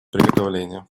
приготовления